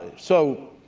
so